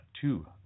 two